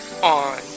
on